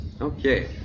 Okay